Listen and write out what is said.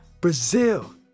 Brazil